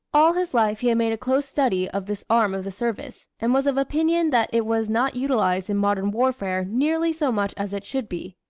all his life he had made a close study of this arm of the service, and was of opinion that it was not utilized in modern warfare nearly so much as it should be.